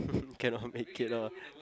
cannot make it lah